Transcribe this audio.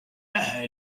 lähe